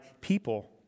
people